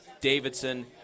Davidson